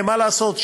מה לעשות,